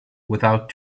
without